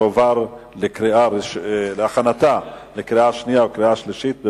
תעבור לוועדת הכלכלה להכנתה לקריאה שנייה וקריאה שלישית.